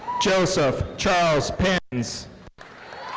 joseph charles pins